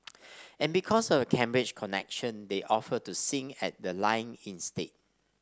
and because of the Cambridge connection they offered to sing at the lying in state